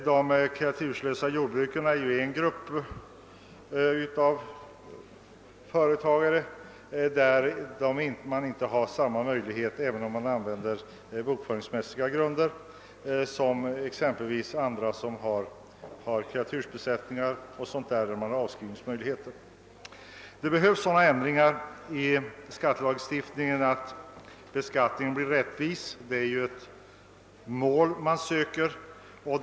De kreaturslösa jordbrukarna kan i motsats till de jordbrukare som har kreatursbesättningar inte göra några avskrivningar även om de övergår till reredovisning enligt bokföringsmässiga grunder. Det behövs sådana ändringar i skattelagstiftningen att beskattningen blir rättvis — det är ju det mål som man försöker uppnå.